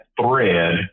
thread